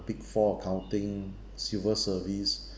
uh big four accounting civil service